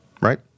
right